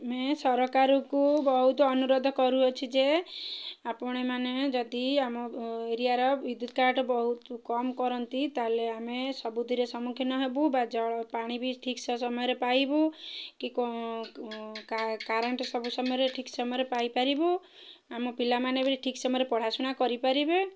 ଆମେ ସରକାରକୁ ବହୁତ ଅନୁରୋଧ କରୁଅଛି ଯେ ଆପଣମାନେ ଯଦି ଆମ ଏରିଆର ବିଦ୍ୟୁତ୍ କାଟ୍ ବହୁତ କମ୍ କରନ୍ତି ତା'ହେଲେ ଆମେ ସବୁଥିରେ ସମ୍ମୁଖୀନ ହେବୁ ବା ଜଳ ପାଣି ବି ଠିକ୍ ସମୟରେ ପାଇବୁ କି କରେଣ୍ଟ ସବୁ ସମୟରେ ଠିକ୍ ସମୟରେ ପାଇପାରିବୁ ଆମ ପିଲାମାନେ ବି ଠିକ୍ ସମୟରେ ପଢ଼ାଶୁଣା କରିପାରିବେ